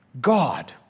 God